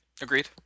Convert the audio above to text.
Agreed